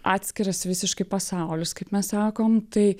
atskiras visiškai pasaulius kaip mes sakom tai